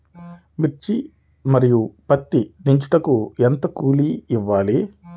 మిర్చి మరియు పత్తి దించుటకు ఎంత కూలి ఇవ్వాలి?